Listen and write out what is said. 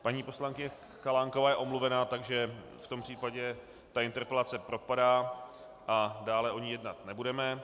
Paní poslankyně Chalánková je omluvená, takže v tom případě tato interpelace propadá a dále o ní jednat nebudeme.